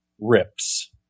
rips